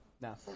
No